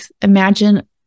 imagine